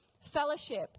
Fellowship